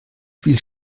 viel